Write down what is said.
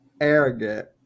arrogant